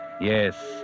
Yes